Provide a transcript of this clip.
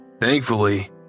Thankfully